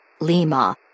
Lima